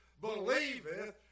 believeth